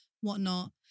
whatnot